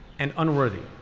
and unworthy.